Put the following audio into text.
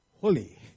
holy